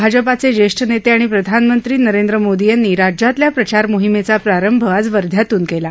भाजपाचे ज्येष्ठ नेते आणि प्रधानमंत्री नरेंद्र मोदी यांनी राज्यातल्या प्रचार मोहिमेचा प्रारंभ आज वध्यातून केला